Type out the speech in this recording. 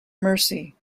mercy